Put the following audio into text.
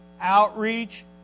Outreach